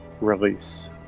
release